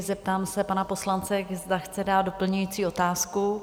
Zeptám se pana poslance, zda chce dát doplňující otázku?